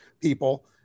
people